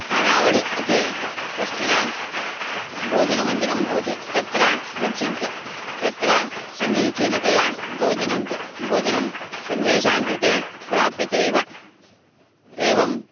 खानावळि इति कश्चन भोजनमन्दिरं भवति तत्र गच्छन्ति तत्र समीचीनतया भोजनं कृ भोजनं सर्वेषां कृते प्राप्यते एव एवं